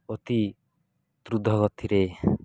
ଅତି ଦ୍ରୁତ ଗତିରେ